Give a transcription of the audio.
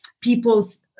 people's